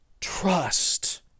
trust